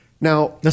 Now